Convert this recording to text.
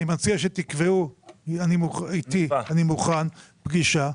אני מציע שתקבעו איתי, אני מוכן, לפגישה.